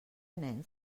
nens